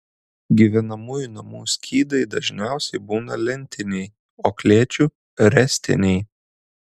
gyvenamųjų namų skydai dažniausiai būna lentiniai o klėčių ręstiniai